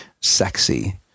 sexy